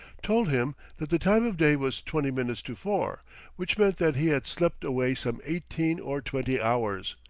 told him that the time of day was twenty minutes to four which meant that he had slept away some eighteen or twenty hours.